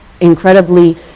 incredibly